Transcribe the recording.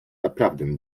naprawdę